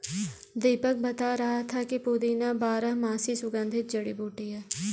दीपक बता रहा था कि पुदीना बारहमासी सुगंधित जड़ी बूटी है